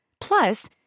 Plus